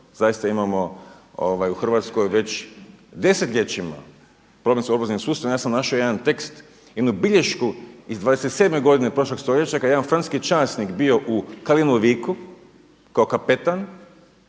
zaista imamo u Hrvatskoj već desetljećima problem obrazovnog sustava, ja sam našao jedan tekst, jednu bilješku iz 27. godine prošlog stoljeća kad je jedan francuski časnik bio u Kalinoviku kao kapetan